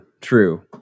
true